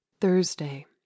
THURSDAY